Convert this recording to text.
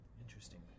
Interesting